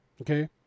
Okay